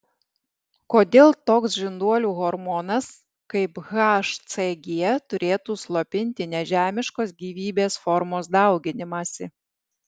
kodėl toks žinduolių hormonas kaip hcg turėtų slopinti nežemiškos gyvybės formos dauginimąsi